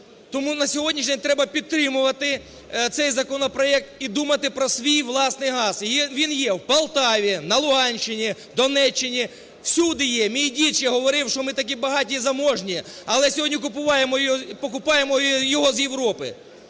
тому на сьогоднішній день треба підтримувати цей законопроект і думати про свій власний газ. І він є в Полтаві, на Луганщині, в Донеччині, всюди є. Мій дід ще говорив, що ми такі багаті і заможні, але сьогодні покупаємо його з Європи.